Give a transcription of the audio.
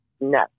No